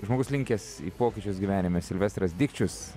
žmogus linkęs į pokyčius gyvenime silvestras dikčius